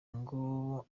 ngo